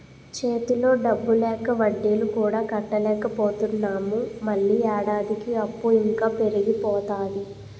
చేతిలో డబ్బు లేక వడ్డీలు కూడా కట్టలేకపోతున్నాము మళ్ళీ ఏడాదికి అప్పు ఇంకా పెరిగిపోతాది